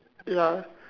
ya